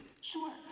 Sure